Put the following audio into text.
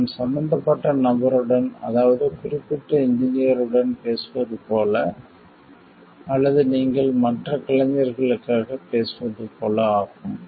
நாம் சம்மந்தப்பட்ட நபருடன் அதாவது குறிப்பிட்ட இன்ஜினீயர் உடன் பேசுவதுபோல அல்லது நீங்கள் மற்ற கலைஞர்களுக்காக பேசுவதுபோல ஆகும்